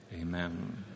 Amen